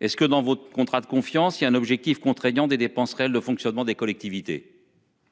est-ce que dans votre contrat de confiance. Il y a un objectif contraignant des dépenses réelles de fonctionnement des collectivités.--